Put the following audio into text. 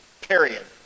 Period